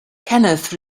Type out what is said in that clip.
kenneth